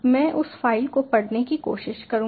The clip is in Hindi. मैं उस फाइल से पढ़ने की कोशिश करूंगा